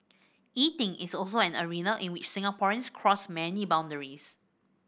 eating is also an arena in which Singaporeans cross many boundaries